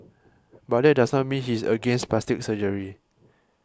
but that does not mean he is against plastic surgery